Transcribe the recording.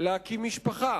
להקים משפחה,